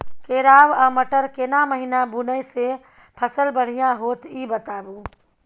केराव आ मटर केना महिना बुनय से फसल बढ़िया होत ई बताबू?